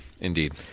indeed